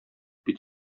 бит